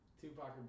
Tupac